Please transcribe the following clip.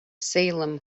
salem